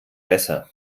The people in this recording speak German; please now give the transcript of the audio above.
besser